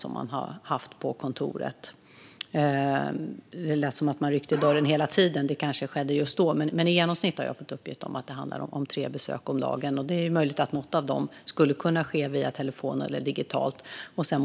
På Lars Beckman lät det som om folk ryckte i dörren hela tiden. Det kanske var så just då han var där, men jag har alltså fått uppgift om att det handlar om i genomsnitt tre besök om dagen. Det är möjligt att något av dem skulle kunna ske digitalt eller via telefon.